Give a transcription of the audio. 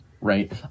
right